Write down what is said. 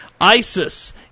ISIS